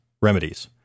remedies